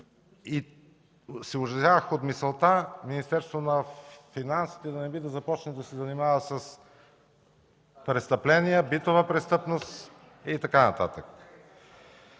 Ужасявах се от мисълта Министерството на финансите да не би да започне да се занимава с престъпления, битова престъпност и така нататък.